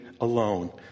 alone